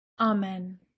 Amen